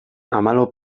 hamalau